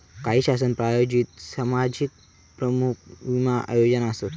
काही शासन प्रायोजित समाजाभिमुख विमा योजना आसत